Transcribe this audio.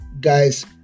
Guys